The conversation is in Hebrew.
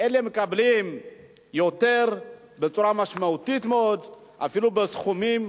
מקבלים יותר בצורה משמעותית מאוד, אפילו בסכומים